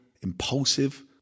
impulsive